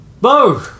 Bo